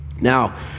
Now